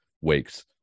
weeks